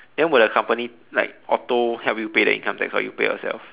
then will the company like auto help you pay the income tax or you pay yourself